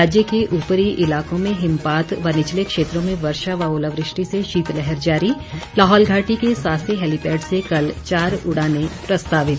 राज्य के ऊपरी इलाकों में हिमपात व निचले क्षेत्रों में वर्षा व ओलावृष्टि से शीतलहर जारी लाहौल घाटी के सासे हैलीपैड से कल चार उड़ानें प्रस्तावित